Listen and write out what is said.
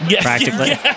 practically